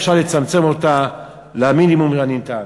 אפשר לצמצם אותה למינימום האפשרי.